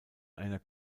einer